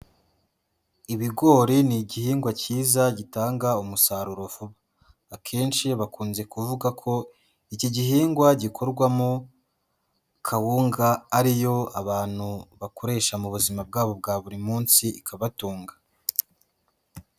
Ibigori ni igihingwa cyiza gitanga umusaruro vuba. Akenshi bakunze kuvuga ko iki gihingwa gikorwamo kawunga, ari yo abantu bakoresha mu buzima bwabo bwa buri munsi ikabatunga.